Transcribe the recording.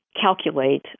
calculate